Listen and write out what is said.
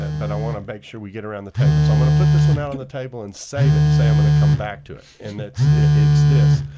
but i want to make sure we get around the table. so i'm going to put this one out on the table and save it, and say i'm going to come back to it, and it's it's this.